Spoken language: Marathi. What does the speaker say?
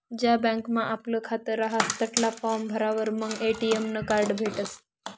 ज्या बँकमा आपलं खातं रहास तठला फार्म भरावर मंग ए.टी.एम नं कार्ड भेटसं